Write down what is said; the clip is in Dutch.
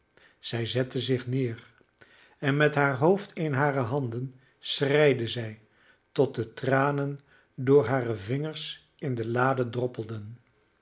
zij zette zich neer en met haar hoofd in hare handen schreide zij tot de tranen door hare vingers in de lade droppelden